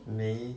没